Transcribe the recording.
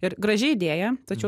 ir graži idėja tačiau